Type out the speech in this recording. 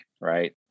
right